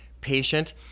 patient